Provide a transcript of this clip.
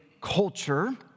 culture